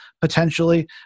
potentially